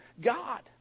god